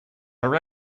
are